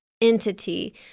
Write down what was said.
entity